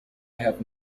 have